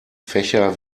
fächer